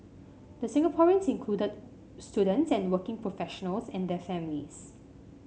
the Singaporeans included students and working professionals and their families